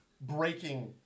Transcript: breaking